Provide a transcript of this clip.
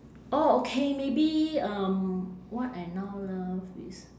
oh okay maybe um what I now love is